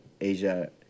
Asia